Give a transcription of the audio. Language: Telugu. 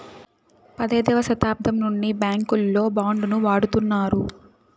పదైదవ శతాబ్దం నుండి బ్యాంకుల్లో బాండ్ ను వాడుతున్నారు